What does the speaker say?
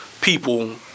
people